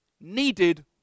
needed